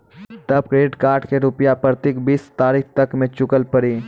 तब credit card के रूपिया प्रतीक बीस तारीख तक मे चुकल पड़ी?